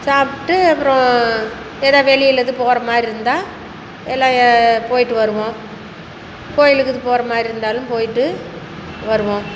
சாப்பிட்டுட்டு அப்புறம் எதாக வெளியில் எதுவும் போகிற மாதிரி இருந்தால் எல்லா போயிட்டு வருவோம் கோவிலுக்கு எதுவும் போகிற மாதிரி இருந்தாலும் போயிட்டு வருவோம்